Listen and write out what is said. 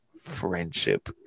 friendship